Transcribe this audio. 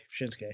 Shinsuke